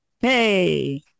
hey